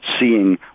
seeing